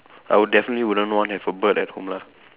I would definitely wouldn't want have a bird at home lah